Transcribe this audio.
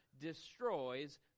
destroys